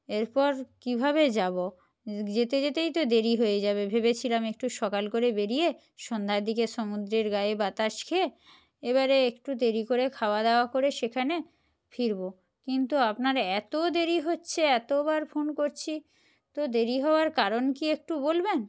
এরপর কীভাবে যাব যেতে যেতেই তো দেরি হয়ে যাবে ভেবেছিলাম একটু সকাল করে বেরিয়ে সন্ধ্যার দিকে সমুদ্রের গায়ে বাতাস খেয়ে এবারে একটু দেরি করে খাওয়া দাওয়া করে সেখানে ফিরব কিন্তু আপনার এত দেরি হচ্ছে এতবার ফোন করছি তো দেরি হওয়ার কারণ কী একটু বলবেন